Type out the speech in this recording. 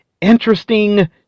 interesting